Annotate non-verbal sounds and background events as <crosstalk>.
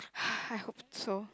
<breath> I hope so